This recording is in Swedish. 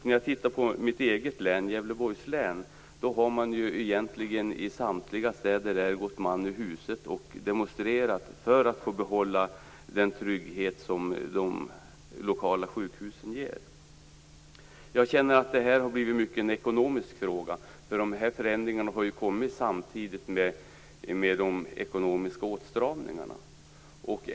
När jag tittar på mitt eget län, Gävleborgs län, ser jag att man i samtliga städer har gått man ur huse och demonstrerat för att få behålla den trygghet som de lokala sjukhusen ger. Jag känner att det här i mycket har blivit en ekonomisk fråga. De här förändringarna har ju kommit samtidigt med de ekonomiska åtstramningarna.